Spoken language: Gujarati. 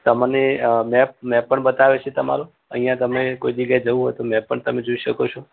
તમને મેપ મેપ પણ બતાવે છે તમારો અહીંયા તમને કોઈ જગ્યાએ જવું હોય તો મેપ પણ તમે જોઈ શકો છો